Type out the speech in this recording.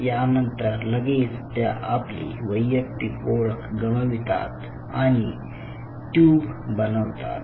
यानंतर लगेच त्या आपली वैयक्तिक ओळख गमवितात आणि आणि ट्युब बनतात